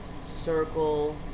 circle